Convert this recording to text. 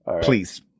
Please